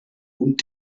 und